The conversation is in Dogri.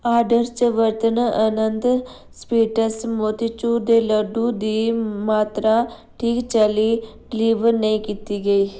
आर्डर च बर्तन आनंद स्वीट्स मोतीचूर दे लड्डू दी मात्तरा ठीक चाल्ली डलीवर नेईं कीती गेई